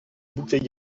bouquet